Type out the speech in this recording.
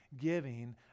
giving